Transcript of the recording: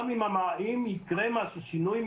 גם אם יקרה שינוי,